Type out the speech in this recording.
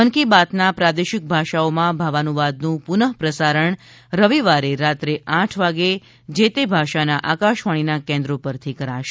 મન કી બાતના પ્રાદેશિક ભાષાઓમાં ભાવાનુવાદનું પુનઃ પ્રસારણ રવિવારે રાત્રે આઠ વાગે જે તે ભાષાના આકાશવાણીના કેન્દ્રો પરથી કરાશે